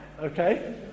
Okay